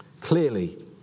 Clearly